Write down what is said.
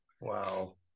wow